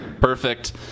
perfect